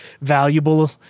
valuable